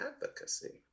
advocacy